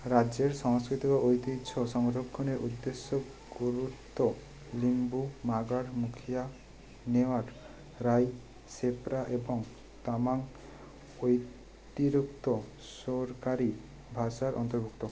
রাজ্যের সংস্কৃতি ও ঐতিহ্য সংরক্ষণের উদ্দেশ্যে গুরুত্ব লিম্বু মাগার মুখিয়া নেওয়ার রাই শেপরা এবং তামাং সরকারি ভাষার অন্তর্ভুক্ত